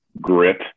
grit